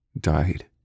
Died